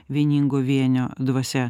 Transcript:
vieningo vienio dvasia